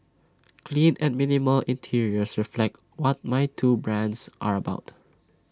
clean and minimal interiors reflect what my two brands are about